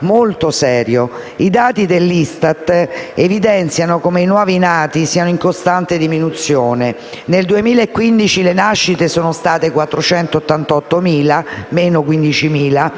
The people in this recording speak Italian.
molto serio. I dati dell'ISTAT evidenziano come i nuovi nati siano in costante diminuzione: nel 2015 le nascite sono state 488.000 (-15.000),